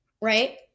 right